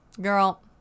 girl